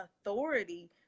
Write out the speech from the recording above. authority